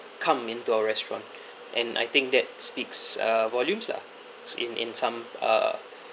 come into our restaurant and I think that speaks uh volumes lah in in some uh